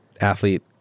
Athlete